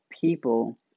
people